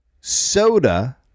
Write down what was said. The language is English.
Soda